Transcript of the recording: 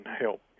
help